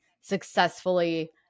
successfully